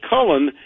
Cullen